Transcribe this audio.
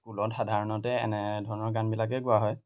স্কুলত সাধাৰণতে এনেধৰণৰ গানবিলাকে গোৱা হয়